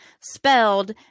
spelled